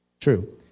True